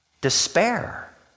despair